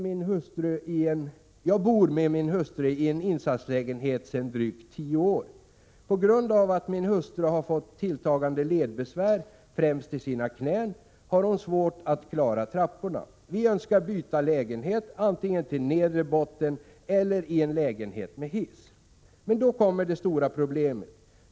Den lyder: ”Jag bor med min hustru i en insatslägenhet sedan drygt 10 år. På grund av att min hustru har fått tilltagande ledbesvär, främst i sina knän, har hon svårt att klara trapporna. Vi önskar byta lägenhet, antingen till nedre botten eller i en lägenhet med hiss. Men då kommer det stora problemet.